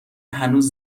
هنوز